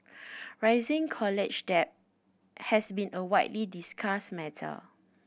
rising college debt has been a widely discussed matter